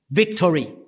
victory